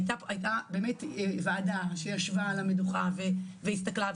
הייתה ועדה שישבה על המדוכה והסתכלה וחשבה.